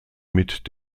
mit